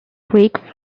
creek